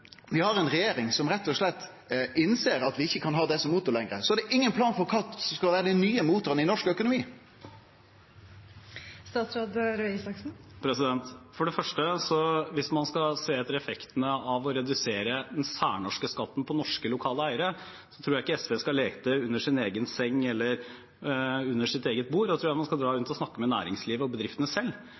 vi ikkje kan ha det som motor lenger, og så er det ingen plan for kva som skal vere dei nye motorane i norsk økonomi. Hvis man skal se etter effektene av å redusere den særnorske skatten på norske lokale eiere, tror jeg ikke SV skal lete under sin egen seng eller under sitt eget bord. Da tror jeg man skal dra rundt og snakke med næringslivet og bedriftene selv,